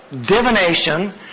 divination